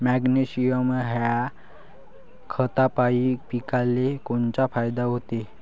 Magnesium ह्या खतापायी पिकाले कोनचा फायदा होते?